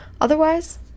Otherwise